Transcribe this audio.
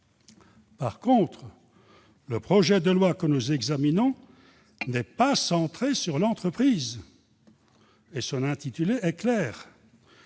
revanche, le projet de loi que nous examinons n'est pas centré sur l'entreprise et son intitulé est clair